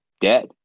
dead